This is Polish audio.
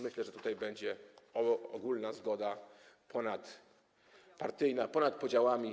Myślę, że tutaj będzie ogólna zgoda, ponadpartyjna, ponad podziałami.